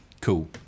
cool